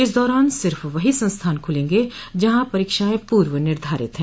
इस दौरान सिर्फ वही संस्थान खुलेंगे जहां परीक्षाएं पूर्व निर्धारित हैं